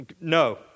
no